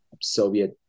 Soviet